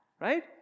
right